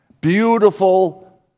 Beautiful